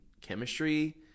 chemistry